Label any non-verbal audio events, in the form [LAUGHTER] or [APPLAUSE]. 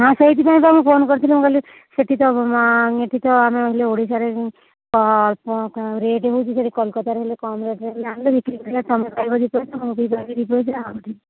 ହଁ ସେଇଥିପାଇଁ ତ ଆମେ ଫୋନ୍ କରିଥିଲୁ କାଲି ସେଠି ତ ଏଠି ତ ଆମେ ହେଲେ ଓଡ଼ିଶାରେ ରେଟ୍ ହେଉଛି ସେଠି କଲିକତାରେ ହେଲେ କମ୍ ରେଟ୍ ଆଣିଲେ ବିକ୍ରି କରିବା ତମେ [UNINTELLIGIBLE]